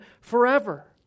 forever